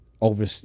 over